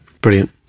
Brilliant